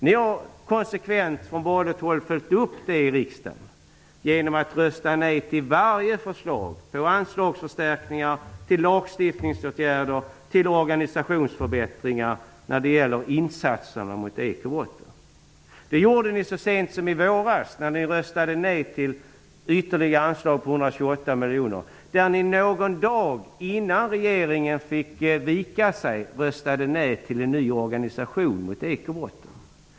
Ni har konsekvent från borgerligt håll följt upp det i riksdagen genom att rösta nej till varje förslag på anslagsförstärkningar, lagstiftningsåtgärder, organisationsförbättringar när det gäller insatser mot ekobrotten. Det gjorde ni så sent som i våras när ni röstade nej till ytterligare anslag på 128 miljoner. Någon dag innan regeringen fick vika sig röstade ni nej till en ny organisation för kampen mot ekobrotten.